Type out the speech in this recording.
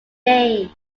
day